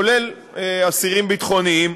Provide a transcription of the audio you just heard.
כולל אסירים ביטחוניים.